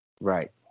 Right